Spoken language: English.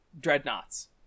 Dreadnoughts